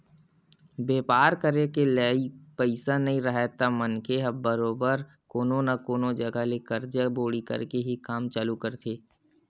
बेपार करे के लइक पइसा नइ राहय त मनखे ह बरोबर कोनो न कोनो जघा ले करजा बोड़ी करके ही काम चालू करथे